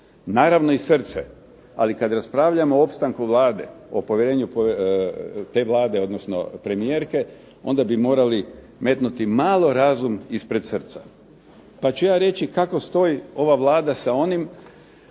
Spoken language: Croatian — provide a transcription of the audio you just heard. Naravno i srce, ali kad raspravljamo o opstanku Vlade, o povjerenju te Vlade, odnosno premijerke, onda bi morali metnuti malo razum ispred srca. Pa ću ja reći kako stoji ova Vlada sa onim